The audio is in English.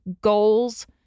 goals